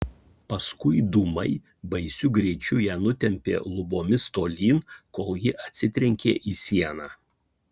paskui dūmai baisiu greičiu ją nutempė lubomis tolyn kol ji atsitrenkė į sieną